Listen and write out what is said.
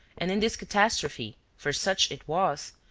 and in this catastrophe, for such it was,